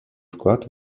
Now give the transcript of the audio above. вклад